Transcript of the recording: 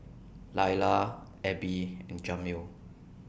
Lyla Abby and Jamil